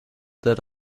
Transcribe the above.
that